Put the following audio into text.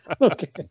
Okay